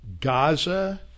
Gaza